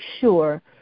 sure